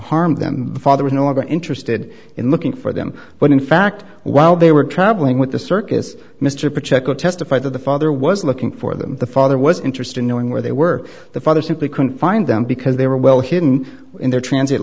them the father was no longer interested in looking for them but in fact while they were traveling with the circus mr project could testify that the father was looking for them the father was interested in knowing where they were the father simply couldn't find them because they were well hidden in their transit